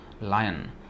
lion